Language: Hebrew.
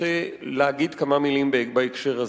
אומר כמה מלים בהקשר הזה.